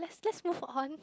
just move on